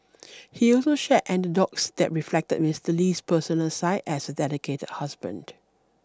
he also shared anecdotes that reflected Mister Lee's personal side as a dedicated husband